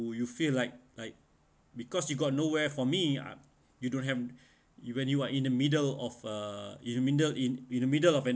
you you feel like like because you got nowhere for me up~ you don't have even you are in the middle of uh in the middle in in the middle of an